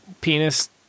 penis